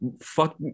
fuck